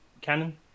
Canon